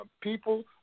People